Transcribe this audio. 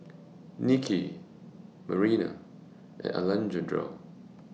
Nicky Marina and Alejandra